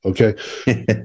okay